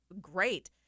great